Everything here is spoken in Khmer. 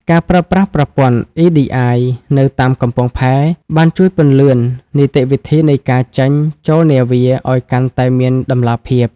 ការប្រើប្រាស់ប្រព័ន្ធ EDI នៅតាមកំពង់ផែ បានជួយពន្លឿននីតិវិធីនៃការចេញ-ចូលនាវាឱ្យកាន់តែមានតម្លាភាព។